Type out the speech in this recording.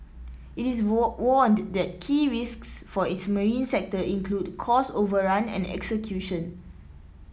it is warn warned that key risks for its marine sector include cost overrun and execution